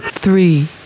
Three